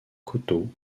coteau